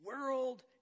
world